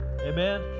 amen